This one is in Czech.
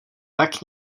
tak